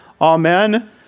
amen